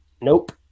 nope